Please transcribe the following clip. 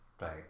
Right